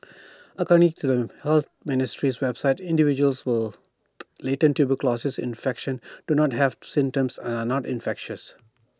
according to the health ministry's website individuals were latent tuberculosis infection do not have symptoms and are not infectious